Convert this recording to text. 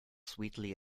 sweetly